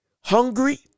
hungry